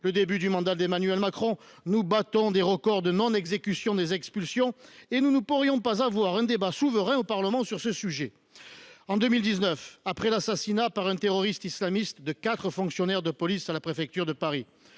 le début du mandat d’Emmanuel Macron. Nous battons des records de non exécution des expulsions, et nous ne pourrions pas avoir un débat souverain au Parlement sur ce sujet ! En 2019, après l’assassinat par un terroriste islamiste de quatre fonctionnaires de police à la préfecture de Paris,